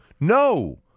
no